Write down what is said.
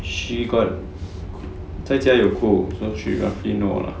she got 在家有 cook so she roughly know ah